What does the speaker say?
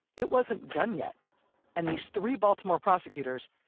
it wasn't done yet and these three baltimore prosecutors,